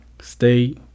Stay